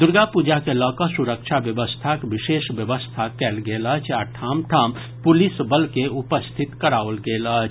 दुर्गापूजा के लऽकऽ सुरक्षा व्यवस्थाक विशेष व्यवस्था कयल गेल अछि आ ठाम ठाम पुलिस बल के उपस्थित कराओल गेल अछि